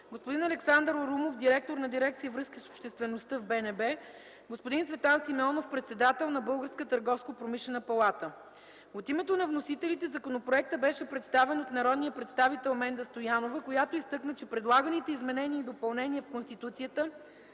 господин Александър Урумов – директор на дирекция „Връзки с обществеността” в БНБ, господин Цветан Симеонов – председател на Българската търговско – промишлена палата. От името на вносителите законопроектът беше представен от народния представител Менда Стоянова, която изтъкна че предлаганите изменения и допълнения в Конституцията